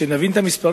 כדי שנבין את המספרים,